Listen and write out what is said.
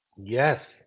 Yes